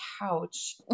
couch